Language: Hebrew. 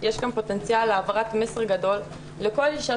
יש כאן פוטנציאל להעברת מסר גדול לכל אישה